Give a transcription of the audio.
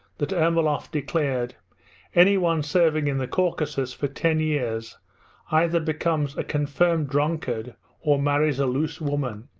that ermolov declared anyone serving in the caucasus for ten years either becomes a confirmed drunkard or marries a loose woman.